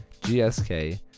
GSK